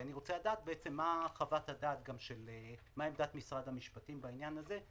אני רוצה לדעת מה עמדת משרד המשפטים בעניין הזה,